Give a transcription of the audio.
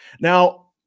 Now